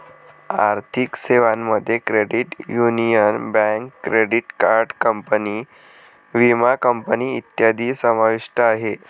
आर्थिक सेवांमध्ये credit union, bank, credit card company, विमा कंपनी इत्यादी समाविष्ट आहे